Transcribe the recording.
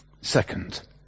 Second